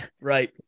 right